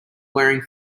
wearing